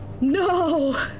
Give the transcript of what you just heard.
No